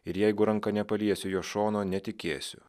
ir jeigu ranka nepaliesiu jo šono netikėsiu